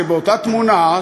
שבאותה תמונה,